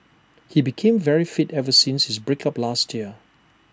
he became very fit ever since his break up last year